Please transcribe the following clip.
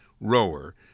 Rower